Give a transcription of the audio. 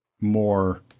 more